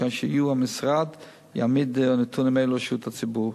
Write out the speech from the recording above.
כאשר יהיו, המשרד יעמיד נתונים אלו לרשות הציבור.